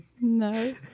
No